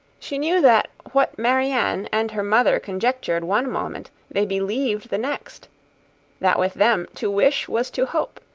she knew that what marianne and her mother conjectured one moment, they believed the next that with them, to wish was to hope,